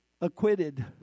acquitted